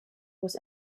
was